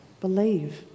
believe